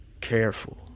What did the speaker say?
careful